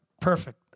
Perfect